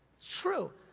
true,